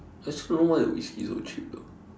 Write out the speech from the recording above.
I just don't know why the whisky so cheap though